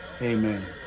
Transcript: Amen